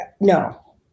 no